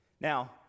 Now